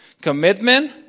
commitment